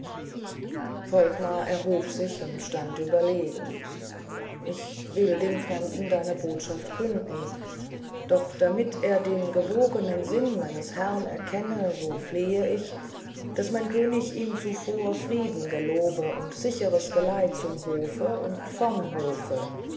volkmar erhob sich und stand überlegend ich will dem fremden deine botschaft künden doch damit er den gewogenen sinn meines herrn erkenne so flehe ich daß mein könig ihm zuvor frieden gelobe und sicheres geleit zum hofe und vom hofe